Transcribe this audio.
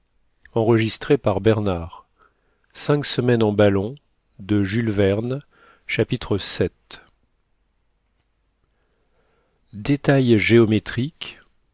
vii détails géométriques